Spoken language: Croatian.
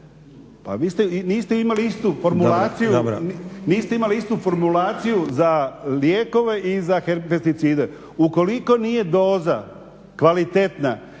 … niste imali istu formulaciju za lijekove i za pesticide. Ukoliko nije doza kvalitetna